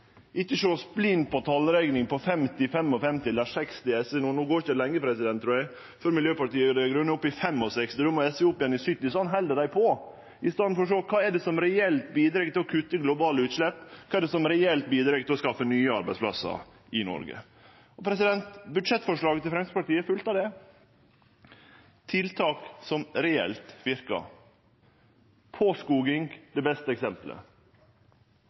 50, 55 eller 60 – no går det nok ikkje lenge før Miljøpartiet Dei Grøne er oppe i 65, og då må SV opp igjen i 70. Sånn held dei på i staden for å sjå på kva det er som reelt bidreg til å kutte i globale utslepp, og kva det er som reelt bidreg til å skaffe nye arbeidsplassar i Noreg. Budsjettforslaget til Framstegspartiet er fullt av det: tiltak som reelt verkar. Påskoging er det beste